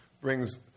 brings